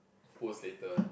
post later one